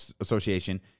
Association